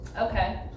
Okay